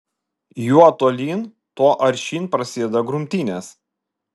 juo tolyn tuo aršyn prasideda grumtynės